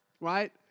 right